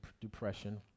depression